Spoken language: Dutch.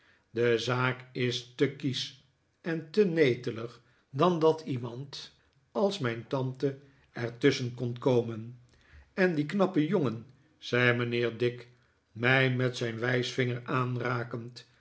de zaak is te kiesch en te netelig dan dat iemand als mijn tante er tusschen kon komen en die knappe jongen zei mijnheer dick mij met zijn wijsvinger aanrakend